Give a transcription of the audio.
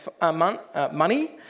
money